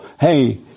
hey